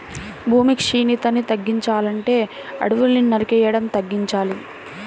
భూమి క్షీణతని తగ్గించాలంటే అడువుల్ని నరికేయడం తగ్గించాలి